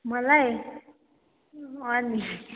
मलाई म नि